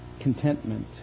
contentment